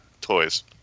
toys